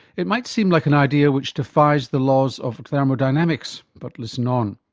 it might seem like an idea which defies the laws of thermodynamics, but listen on.